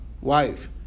wife